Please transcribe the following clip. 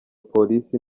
polisi